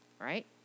Right